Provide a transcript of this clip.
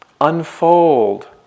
unfold